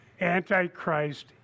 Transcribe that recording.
Antichrist